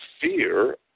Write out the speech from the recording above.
fear